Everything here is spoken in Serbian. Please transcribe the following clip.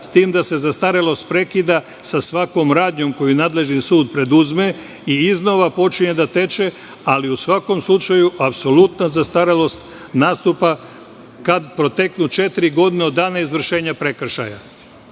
s tim da se zastarelost prekida sa svakom radnjom koju nadležni sud preduzme i iznova počinje da teče, ali u svakom slučaju, apsolutna zastarelost nastupa kada proteknu četiri godine od dana izvršenja prekršaja. Isti